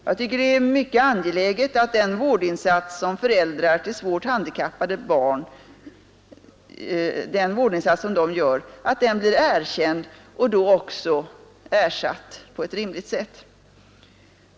Jag tycker det är mycket angeläget att den vårdinsats som föräldrar till svårt handikappade barn gör blir erkänd och då också ersatt på ett rimligt sätt.